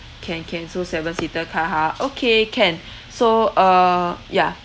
can can so seven seater car ha okay can so uh ya